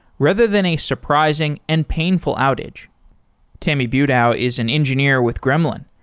rather than a surprising and painful outage tammy butow is an engineer with gremlin,